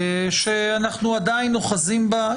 שאנחנו עדיין אוחזים בה,